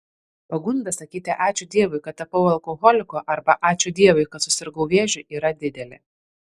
pagunda sakyti ačiū dievui kad tapau alkoholiku arba ačiū dievui kad susirgau vėžiu yra didelė